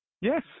Yes